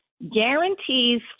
Guarantees